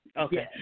okay